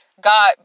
God